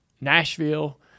Nashville